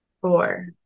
four